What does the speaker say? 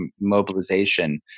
mobilization